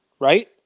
right